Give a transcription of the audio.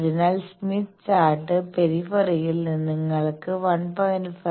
അതിനാൽ Smith chart പെരിഫറിയിൽ നിങ്ങൾക്ക് 1